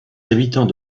habitants